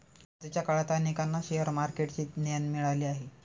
आजच्या काळात अनेकांना शेअर मार्केटचे ज्ञान मिळाले आहे